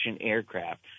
aircraft